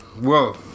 Whoa